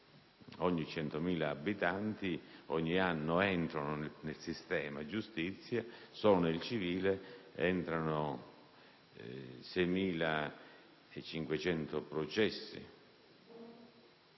ogni 100.000 abitanti, ogni anno entrano nel sistema giustizia, solo nel settore civile, 6.500 processi.